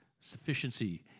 sufficiency